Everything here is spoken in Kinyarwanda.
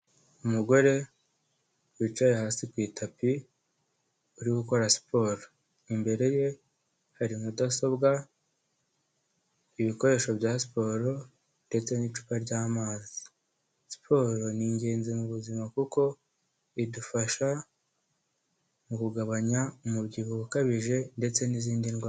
Umugore wicaye hasi ku itapi, uri gukora siporo, imbere ye hari mudasobwa, ibikoresho bya siporo ndetse n'icupa ry'amazi, siporo ni ingenzi mu buzima kuko bidufasha mu kugabanya umubyibuho ukabije ndetse n'izindi ndwara.